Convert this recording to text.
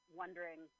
wondering